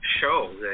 show